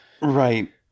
Right